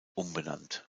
umbenannt